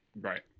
Right